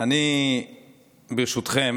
אני ברשותכם